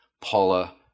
Paula